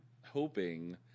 hoping